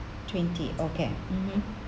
twenty oh can mmhmm